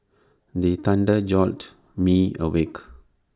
the thunder jolt me awake